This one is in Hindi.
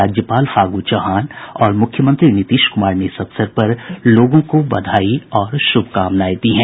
राज्यपाल फागू चौहान और मुख्यमंत्री नीतीश कुमार ने इस अवसर पर लोगों को बधाई और शुभकामनाएं दी है